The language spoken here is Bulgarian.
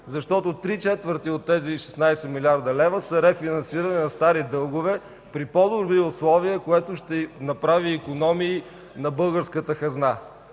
защото три четвърти от тези 16 млрд. лв. са рефинансиране на стари дългове при по-добри условия, което ще направи икономия на българската хазна.